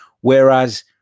Whereas